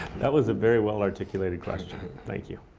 that was a very well-articulated question. thank you.